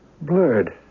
blurred